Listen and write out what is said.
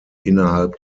innerhalb